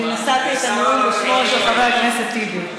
אני נשאתי את הנאום בשמו של חבר הכנסת טיבי.